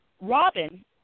Robin